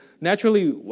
naturally